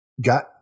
Got